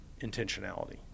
intentionality